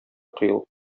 коелып